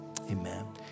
amen